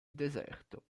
deserto